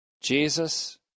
Jesus